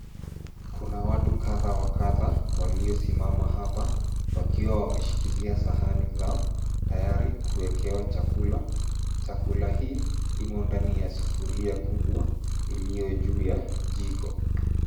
Kuna watu kadha wa kadha waliosimama hapa wakiwa wameshikilia sahani na tayari kuwekewa chakula. Chakula hii imo ndani ya sufuria kubwa iliyo juu ya jiko.